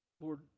Lord